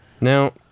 Now